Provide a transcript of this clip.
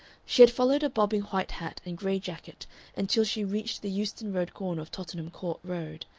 she had followed a bobbing white hat and gray jacket until she reached the euston road corner of tottenham court road,